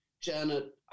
Janet